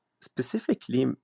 Specifically